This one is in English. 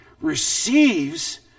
receives